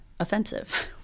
offensive